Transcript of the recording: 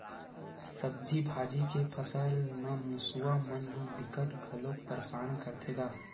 सब्जी भाजी के फसल म मूसवा मन ह बिकट घलोक परसान करथे गा